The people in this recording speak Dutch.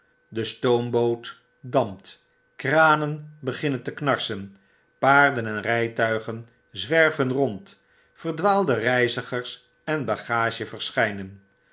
de stoomboot dampt kranen beginnen te knarsen paarden en rpuigen zwerven rond verdwaalde reizigers en bagage verschijnen